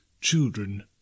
children